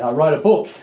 i wrote a book.